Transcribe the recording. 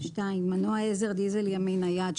מנוע-עזר דיזל ימי נייד,